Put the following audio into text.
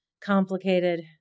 complicated